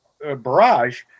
Barrage